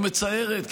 אני אומר אפילו מצערת,